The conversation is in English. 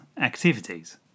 activities